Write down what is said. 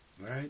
Right